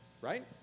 Right